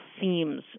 seems